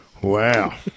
Wow